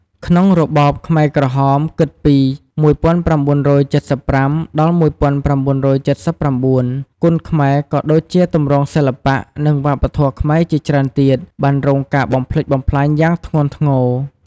ក្នុងរបបខ្មែរក្រហម គិតពី ១៩៧៥ ដល់ ១៩៧៩ គុនខ្មែរ ក៏ដូចជាទម្រង់សិល្បៈ និងវប្បធម៌ខ្មែរជាច្រើនទៀត បានរងការបំផ្លិចបំផ្លាញយ៉ាងធ្ងន់ធ្ងរ។